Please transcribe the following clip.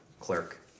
clerk